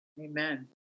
Amen